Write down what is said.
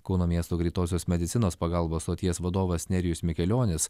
kauno miesto greitosios medicinos pagalbos stoties vadovas nerijus mikelionis